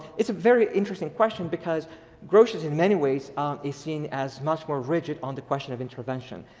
it's a very interesting question because grotius in many ways is seen as much more rigid on the question of intervention.